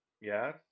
Yes